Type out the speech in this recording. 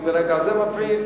אני מרגע זה מפעיל.